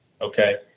okay